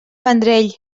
vendrell